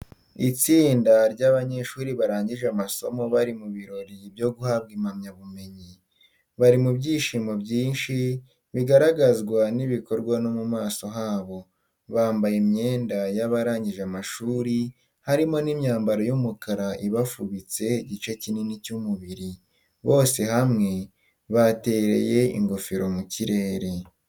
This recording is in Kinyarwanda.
Itsinda ry’abanyeshuri barangije amasomo bari mu birori byo guhabwa impamyabumenyi. Bari mu byishimo byinshi, bigaragazwa n’ibikorwa no mu maso habo. Bambaye imyenda y’abarangije amashuri harimo n'imyambaro y'umukara ibafubitse igice kinini cy’umubiri. Bose hamwe batereye ingofero mu kirere.